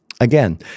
Again